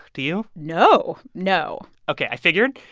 do you? no. no ok. i figured.